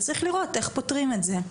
וצריך לראות איך פותרים את זה.